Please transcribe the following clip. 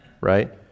Right